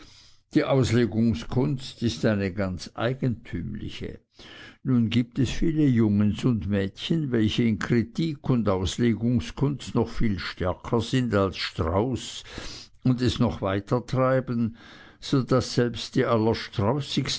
die auslegungskunst ist eine ganz eigentümliche nun gibt es viele jungens und mädchen welche in kritik und auslegungskunst noch viel stärker sind als strauß und es noch weiter treiben so daß selbst die